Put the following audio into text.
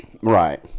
right